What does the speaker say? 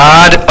God